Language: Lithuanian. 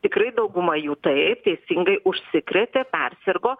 tikrai dauguma jų taip teisingai užsikrėtė persirgo